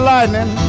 Lightning